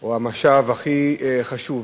או המשאב הכי חשוב